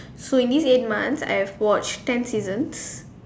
so in this eight months I have watched ten seasons